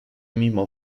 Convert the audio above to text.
mimo